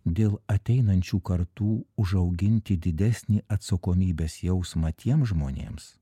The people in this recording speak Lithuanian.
dėl ateinančių kartų užauginti didesnį atsakomybės jausmą tiem žmonėms